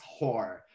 whore